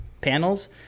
panels